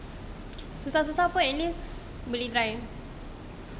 susah-susah pun at least boleh drive